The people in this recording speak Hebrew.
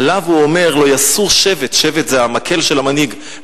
עליו הוא אומר: "לא יסור שבט" שבט זה המקל של המנהיג,